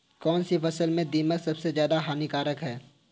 कौनसी फसल में दीमक सबसे ज्यादा हानिकारक है?